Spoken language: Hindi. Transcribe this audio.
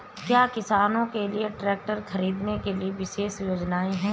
क्या किसानों के लिए ट्रैक्टर खरीदने के लिए विशेष योजनाएं हैं?